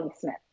Smith